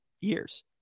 years